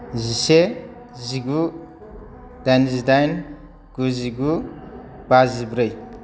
जिसे जिगु दाइनजिदाइन गुजिगु बाजिब्रै